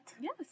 Yes